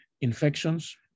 infections